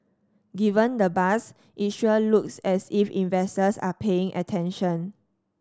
given the buzz it sure looks as if investors are paying attention